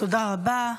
תודה רבה.